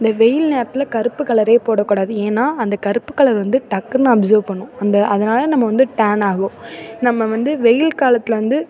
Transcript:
இந்த வெயில் நேரத்தில் கருப்பு கலரே போடக்கூடாது ஏனால் அந்த கருப்பு கலர் வந்து டக்குன்னு அப்சர்வ் பண்ணும் அந்த அதனாலே நம்ம வந்து டேன் ஆகும் நம்ம வந்து வெயில் காலத்தில் வந்து